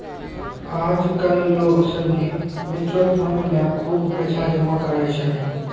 आज कल लोग सनी म्यूचुअल फंड मे खुब पैसा जमा करै छै